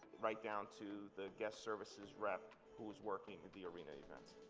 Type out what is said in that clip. right down to the guest services rep who's working the arena events.